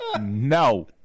no